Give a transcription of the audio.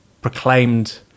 proclaimed